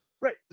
Right